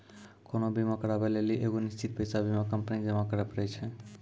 कोनो बीमा कराबै लेली एगो निश्चित पैसा बीमा कंपनी के जमा करै पड़ै छै